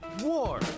war